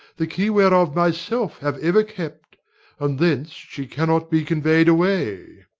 the key whereof myself have ever kept and thence she cannot be convey'd away.